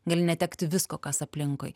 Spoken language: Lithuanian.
gali netekti visko kas aplinkui